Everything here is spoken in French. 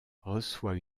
reçoit